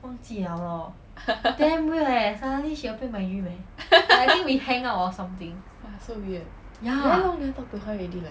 !wah! so weird I very long never talk to her already leh